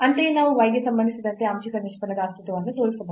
ಅಂತೆಯೇ ನಾವು y ಗೆ ಸಂಬಂಧಿಸಿದಂತೆ ಆಂಶಿಕ ನಿಷ್ಪನ್ನದ ಅಸ್ತಿತ್ವವನ್ನು ತೋರಿಸಬಹುದು